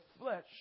flesh